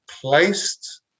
Placed